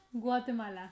Guatemala